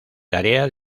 tarea